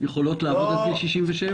הן יכולות לעבוד עד גיל 67,